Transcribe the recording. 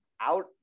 out